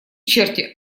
черти